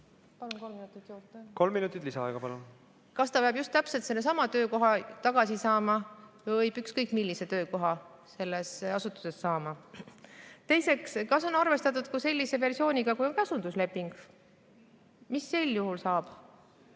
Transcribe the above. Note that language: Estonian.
Kolm minutit lisaaega, palun! Kolm minutit lisaaega, palun! Kas ta peab just täpselt sellesama töökoha tagasi saama või võib ükskõik millise töökoha selles asutuses saada? Teiseks, kas on arvestatud ka sellise versiooniga, kui on käsundusleping? Mis sel juhul saab?